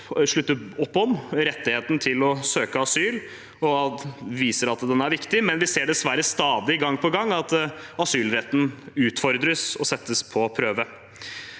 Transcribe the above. heldigvis opp om rettigheten til å søke asyl og viser til at den er viktig, men vi ser dessverre stadig, gang på gang, at asylretten utfordres og settes på prøve.